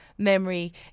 Memory